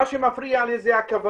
מה שמפריע לי זה הכוונה,